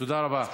תודה רבה.